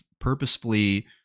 purposefully